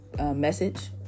message